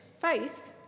faith